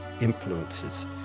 influences